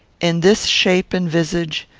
in this shape and visage,